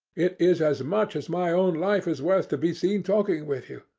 it is as much as my own life is worth to be seen talking with you.